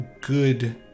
good